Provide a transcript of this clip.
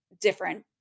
different